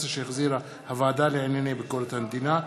שהחזירה הוועדה לענייני ביקורת המדינה.